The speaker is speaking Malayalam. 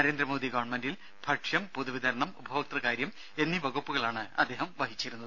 നരേന്ദ്രമോദി ഗവൺമെന്റിൽ ഭക്ഷ്യം പൊതുവിതരണം ഉപഭോക്തൃകാര്യം എന്നീ വകുപ്പുകളാണ് അദ്ദേഹം വഹിച്ചിരുന്നത്